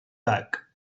back